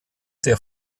der